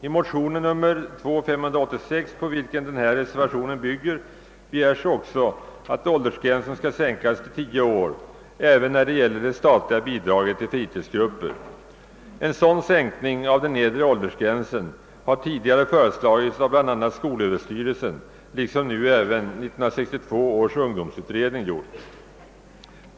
I motion II: 586, på vilken våra reservationer vid denna punkt bygger, begärs också att åldersgränsen skall sänkas till 10 år även när det gäller det statliga bidraget till fritidsgrupper. En sådan sänkning av den nedre åldersgränsen har tidigare föreslagits av bl.a. skolöverstyrelsen liksom nu även av 1962 års ungdomsutredning.